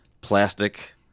plastic